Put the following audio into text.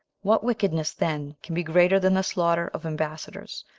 what wickedness then can be greater than the slaughter of ambassadors,